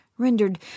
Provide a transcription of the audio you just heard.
rendered